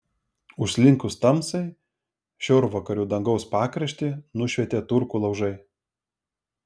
užslinkus tamsai šiaurvakarių dangaus pakraštį nušvietė turkų laužai